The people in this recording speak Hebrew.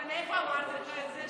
אבל מאיפה אמרתי לך את זה?